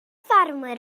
ffermwr